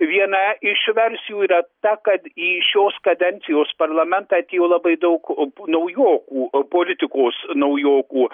viena iš versijų yra ta kad į šios kadencijos parlamentą atėjo labai daug p naujokų politikos naujokų